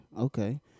Okay